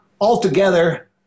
altogether